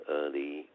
early